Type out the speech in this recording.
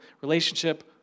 Relationship